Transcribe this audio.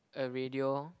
a radio